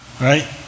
right